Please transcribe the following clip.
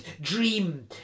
dream